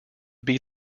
beat